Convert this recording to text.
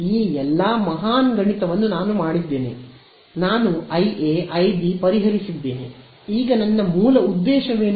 ಈ ಎಲ್ಲ ಮಹಾನ್ ಗಣಿತವನ್ನು ನಾನು ಮಾಡಿದ್ದೇನೆ ನಾನು ಐಎಐಬಿ ಪರಿಹರಿಸಿದ್ದೇನೆ ಈಗ ನನ್ನ ಮೂಲ ಉದ್ದೇಶ ಏನು